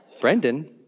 Brendan